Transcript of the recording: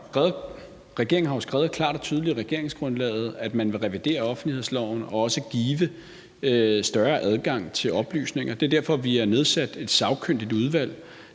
Regeringen har jo skrevet klart og tydeligt i regeringsgrundlaget, at man vil revidere offentlighedsloven og også give større adgang til oplysninger. Det er derfor, vi har nedsat et sagkyndigt udvalg,